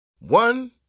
One